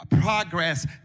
progress